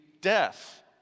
death